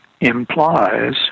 implies